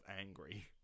angry